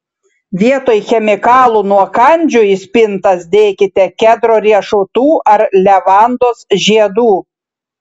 vietoj chemikalų nuo kandžių į spintas dėkite kedro riešutų ar levandos žiedų